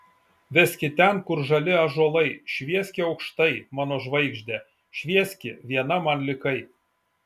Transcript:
veski ten kur žali ąžuolai švieski aukštai mano žvaigžde švieski viena man likai